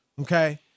Okay